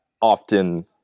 often